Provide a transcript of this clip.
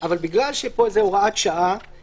ויושב-ראש הכנסת אומר לא?